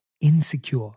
insecure